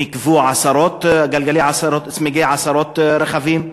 ניקבו צמיגי עשרות רכבים.